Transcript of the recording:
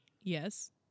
Yes